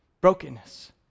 brokenness